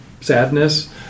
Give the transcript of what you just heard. sadness